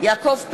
יעקב פרי,